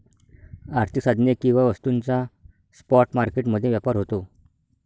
आर्थिक साधने किंवा वस्तूंचा स्पॉट मार्केट मध्ये व्यापार होतो